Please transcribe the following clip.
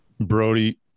brody